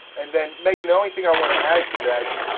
and then, megan, the only thing i want to add to that